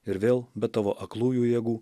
ir vėl be tavo aklųjų jėgų